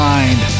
Mind